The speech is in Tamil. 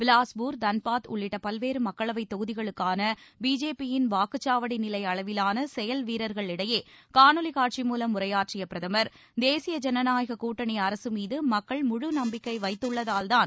பிலாஸ்பூர் தன்பாத் உள்ளிட்ட பல்வேறு மக்களவைத் தொகுதிகளுக்கான பிஜேபியின் வாக்குச்சாவடி நிலை அளவிலான செயல் வீரர்களிடையே காணொலி காட்சி மூலம் உரையாற்றிய பிரதமர் தேசிய ஜனநாயகக் கூட்டணி அரசு மீது மக்கள் முழு நம்பிக்கை வைத்துள்ளதால்தான்